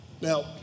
Now